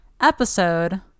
episode